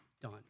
done